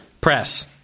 press